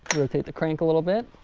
rotate the crank a little bit